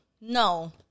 No